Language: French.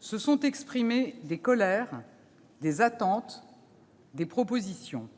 se sont exprimées des colères, des attentes, des propositions.